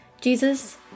Jesus